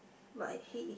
but it he's